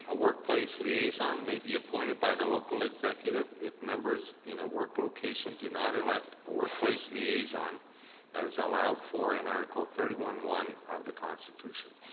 ah workplace liaison may be appointed by the local executive if members in a work location do not elect a workplace liaison as allowed for an article thirty one one of the constitution